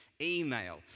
email